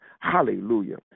Hallelujah